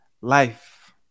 life